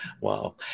wow